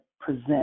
present